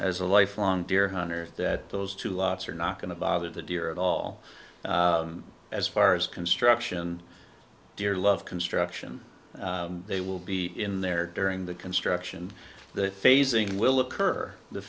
as a lifelong deer hunter that those two lots are not going to bother the deer at all as far as construction dearlove construction they will be in there during the construction the phasing will occur the